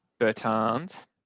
Bertans